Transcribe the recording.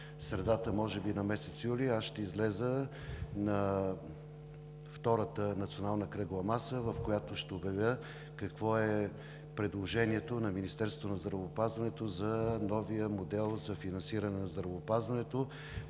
средата на месец юли, аз ще изляза на Втората национална кръгла маса, в която ще обявя какво е предложението на Министерството на здравеопазването за новия модел за финансиране, който,